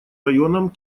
районом